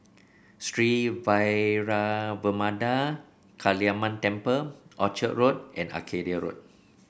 Sri Vairavimada Kaliamman Temple Orchard Road and Arcadia Road